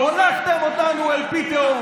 איך אתה מעז להגן על אנשים שעושים